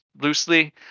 loosely